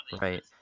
right